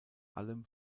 allem